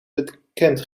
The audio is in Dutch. bekend